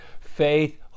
Faith